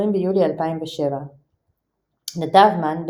20 ביולי 2007 נדב מן,